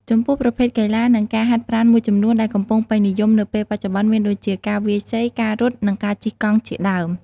ចំពោះប្រភេទកីឡា និងការហាត់ប្រាណមួយចំនួនដែលកំពុងពេញនិយមនៅពេលបច្ចុច្បន្នមានដូចជា ការវាយសី ការរត់ និងការជិះកង់ជាដើម។